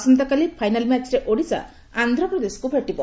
ଆସନ୍ତାକାଲି ଫାଇନାଲ୍ ମ୍ୟାଚ୍ରେ ଓଡ଼ିଶା ଆନ୍ଧ୍ରପ୍ରଦେଶକୁ ଭେଟିବ